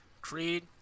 Creed